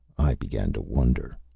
i began to wonder.